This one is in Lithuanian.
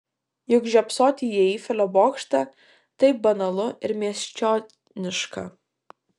juk žiopsoti į eifelio bokštą taip banalu ir miesčioniška